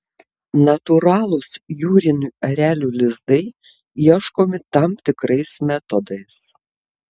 natūralūs jūrinių erelių lizdai ieškomi tam tikrais metodais